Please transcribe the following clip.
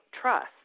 trust